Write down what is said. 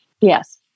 Yes